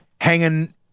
Hanging